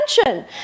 attention